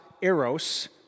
eros